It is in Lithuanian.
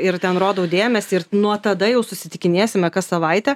ir ten rodau dėmesį ir nuo tada jau susitikinėsime kas savaitę